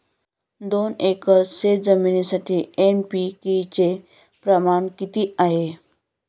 दोन एकर शेतजमिनीसाठी एन.पी.के चे प्रमाण किती आहे?